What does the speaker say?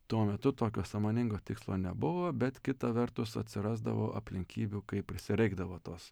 tuo metu tokio sąmoningo tikslo nebuvo bet kita vertus atsirasdavo aplinkybių kai prisireikdavo tos